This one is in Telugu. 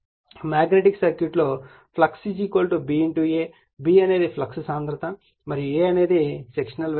మాగ్నెటిక్ సర్క్యూట్లో ఫ్లక్స్ B A B అనేది ఫ్లక్స్ సాంద్రత మరియు A అనేది సెక్షనల్ వైశాల్యం